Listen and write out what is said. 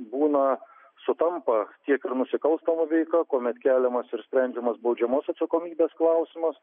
būna sutampa tiek ir nusikalstama veika kuomet keliamos ir sprendžiamas baudžiamosios atsakomybės klausimus